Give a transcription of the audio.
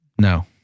No